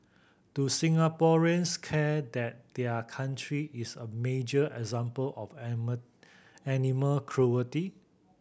do Singaporeans care that their country is a major example of animal animal cruelty